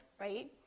right